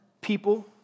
people